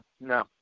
No